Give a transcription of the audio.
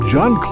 John